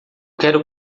quero